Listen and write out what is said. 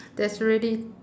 that's already